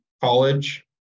college